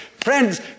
Friends